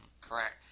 correct